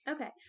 Okay